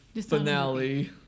finale